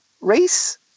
race